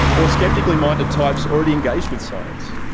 or skeptically minded types already engaged with science.